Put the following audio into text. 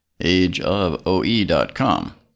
ageofoe.com